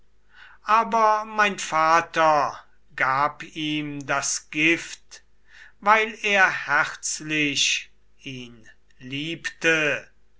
aber mein vater gab ihm das gift weil er herzlich ihn liebte